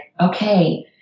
okay